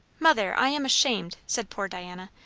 mother, i am ashamed! said poor diana.